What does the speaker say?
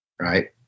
Right